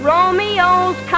Romeo's